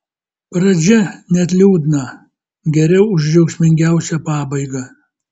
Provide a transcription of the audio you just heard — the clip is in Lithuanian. pradžia net liūdna geriau už džiaugsmingiausią pabaigą